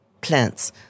plants